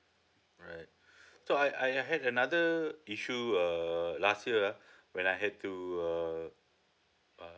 alright so I I had another issue uh last year ah when I had to a uh